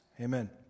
Amen